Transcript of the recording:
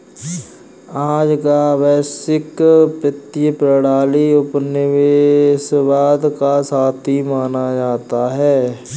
आज का वैश्विक वित्तीय प्रणाली उपनिवेशवाद का साथी माना जाता है